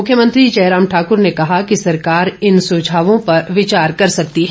मुख्यमंत्री जयराम ठाकुर ने कहा कि सरकार इन सुझावों पर विचार कर सकती है